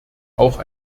auch